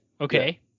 okay